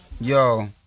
Yo